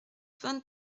vingt